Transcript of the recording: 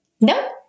No